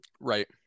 Right